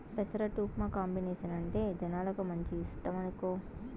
పెసరట్టు ఉప్మా కాంబినేసనంటే జనాలకు మంచి ఇష్టమనుకో